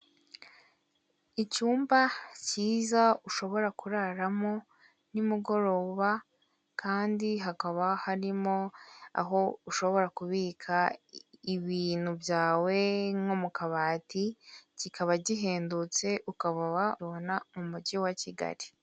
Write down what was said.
Icyumba cyiza ushobora kuraramo ni mugoroba kandi hakaba harimo aho ushobora kubika ibintu byawe nko mu kabati, kikaba gihendutse, ukaba wahabona mu mujyi wa Kigali.